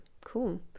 cool